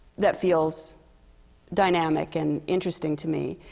that feels dynamic, and interesting to me.